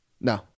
No